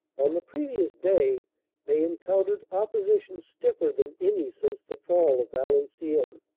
on the previous day they encountered opposition stiffer than any since the fall of valenciennes.